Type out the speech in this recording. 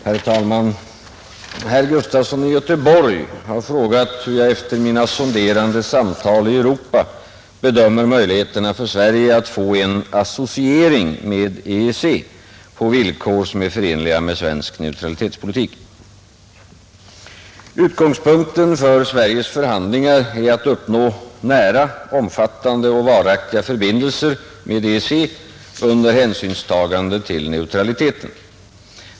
Herr talman! Herr Gustafson i Göteborg har frågat hur jag efter mina sonderande samtal i Europa bedömer möjligheterna för Sverige att få en associering med EEC på villkor som är förenliga med svensk neutralitetspolitik. Utgångspunkten för Sveriges förhandlingar är att uppnå nära, omfat tande och varaktiga förbindelser med EEC under hänsynstagande till neutraliteten.